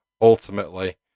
ultimately